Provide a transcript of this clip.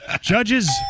Judges